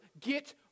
get